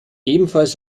ebenfalls